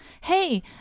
Hey